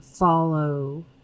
follow